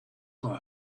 for